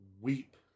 weep